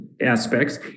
aspects